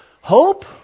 hope